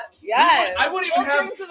Yes